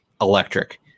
electric